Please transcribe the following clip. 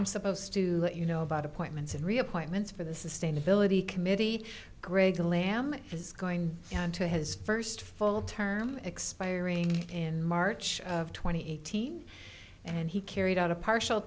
'm supposed to you know about appointments and re appointments for the sustainability committee greg alam is going on to his first full term expiring in march of two thousand and eighteen and he carried out a partial